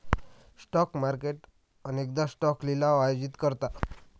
stock market अनेकदा stock लिलाव आयोजित करतात